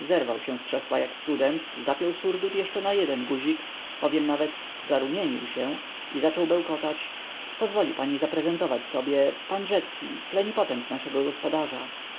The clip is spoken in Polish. zerwał się z krzesła jak student zapiął surdut jeszcze na jeden guzik powiem nawet zarumienił się i zaczął bełkotać pozwoli pani zaprezentować sobie pan rzecki plenipotent naszego gospodarza